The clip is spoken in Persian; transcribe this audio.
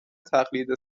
تقلید